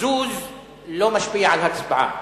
קיזוז לא משפיע על הצבעה.